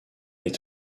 est